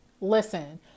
listen